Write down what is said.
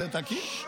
זה תקין?